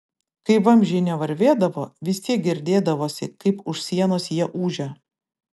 kai vamzdžiai nevarvėdavo vis tiek girdėdavosi kaip už sienos jie ūžia